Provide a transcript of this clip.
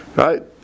right